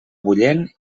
bullent